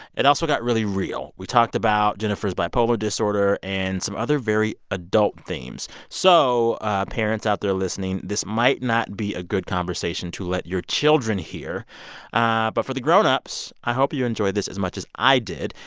it also got really real. we talked about jenifer's bipolar disorder and some other very adult themes. so ah parents out there listening, this might not be a good conversation to let your children hear ah but for the grownups, i hope you enjoy this as much as i did.